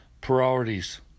priorities